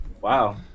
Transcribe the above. Wow